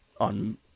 On